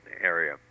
area